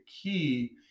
key